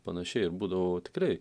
panašiai ir būdavau tikrai